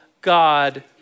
God